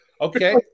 Okay